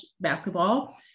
basketball